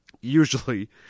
usually